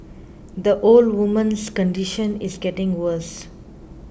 the old woman's condition is getting worse